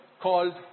called